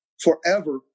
forever